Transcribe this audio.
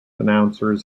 announcers